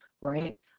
right